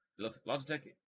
Logitech